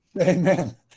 Amen